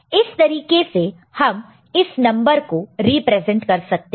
इस तरीके हम इस नंबर को रिप्रेजेंट कर सकते हैं